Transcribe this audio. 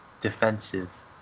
defensive